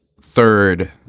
Third